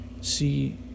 see